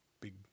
big